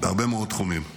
בהרבה מאוד תחומים.